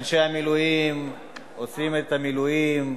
אנשי המילואים עושים את המילואים,